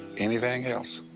anything else?